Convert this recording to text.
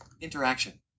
interaction